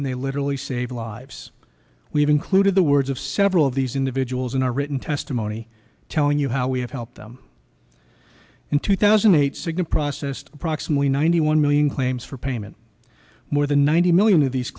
and they literally save lives we have included the words of several of these individuals in our written testimony telling you how we have helped them in two thousand and eight cigna processed approximately ninety one million claims for payment more than ninety million of these